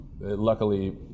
luckily